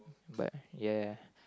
but ya